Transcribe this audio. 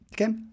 Okay